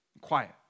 quiet